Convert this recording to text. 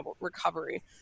recovery